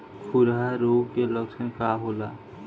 खुरहा रोग के लक्षण का होला?